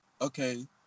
okay